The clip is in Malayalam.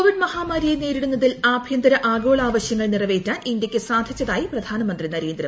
കോവിഡ് മഹാമാരിയെ നേരിടുന്നതിൽ ആഭ്യന്തര ആഗോള ആവശ്യങ്ങൾ നിറവേറ്റാൻ ഇന്ത്യയ്ക്ക് സാധിച്ചതായി പ്രധാനമന്ത്രി നരേന്ദ്രമോദി